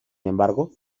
embargo